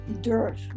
dirt